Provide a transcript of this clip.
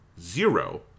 zero